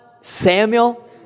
Samuel